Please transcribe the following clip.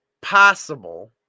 possible